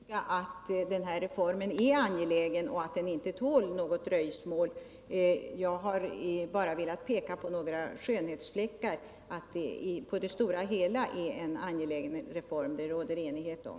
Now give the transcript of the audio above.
Herr talman! Jag vill understryka att den här reformen är angelägen och att den inte tål något dröjsmål. Jag har bara velat peka på några skönhetsfläckar. Men att den på det stora hela är en angelägen reform råder det enighet om.